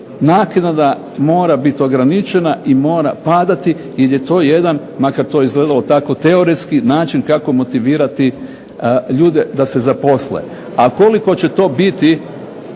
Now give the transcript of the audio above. naknada mora biti ograničena, mora padati jer je to jedan, makar to izgledalo tako teoretski način kako motivirati ljude da se zaposle. A koliko će to biti